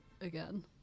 again